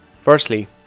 Firstly